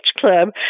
club